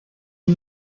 les